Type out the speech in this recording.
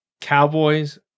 Cowboys